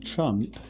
Trump